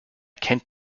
kennt